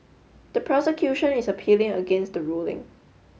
the prosecution is appealing against the ruling